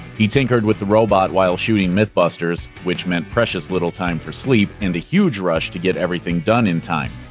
he tinkered with the robot while shooting mythbusters, which meant precious little time for sleep and a huge rush to get everything done in time.